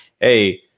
hey